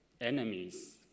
enemies